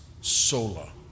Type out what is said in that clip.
sola